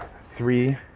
three